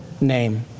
name